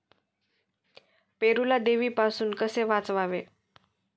पेरूला देवीपासून कसे वाचवावे?